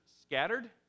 scattered